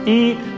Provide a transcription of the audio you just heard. eat